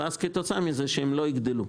כתוצאה מזה, הם לא יגדלו.